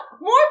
more